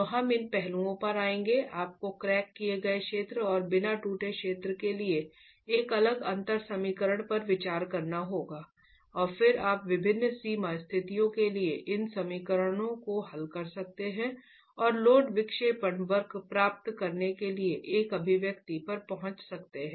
तो हम इन पहलुओं पर आएंगे आपको क्रैक किए गए क्षेत्र और बिना टूटे क्षेत्र के लिए एक अलग अंतर समीकरण पर विचार करना होगा और फिर आप विभिन्न सीमा स्थितियों के लिए इन समीकरणों को हल कर सकते हैं और लोड विक्षेपण वक्र प्राप्त करने के लिए एक अभिव्यक्ति पर पहुंच सकते हैं